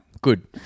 Good